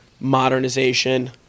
modernization